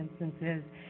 instances